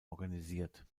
organisiert